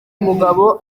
mugabo